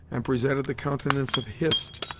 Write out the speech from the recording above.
and presented the countenance of hist,